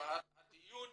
דיון